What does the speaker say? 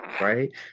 right